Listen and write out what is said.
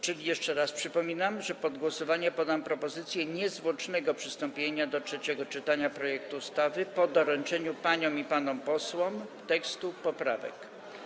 Czyli jeszcze raz przypominam, że pod głosowanie poddam propozycję niezwłocznego przystąpienia do trzeciego czytania projektu ustawy po doręczeniu paniom i panom posłom tekstów poprawek.